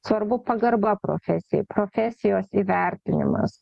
svarbu pagarba profesijai profesijos įvertinimas